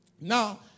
Now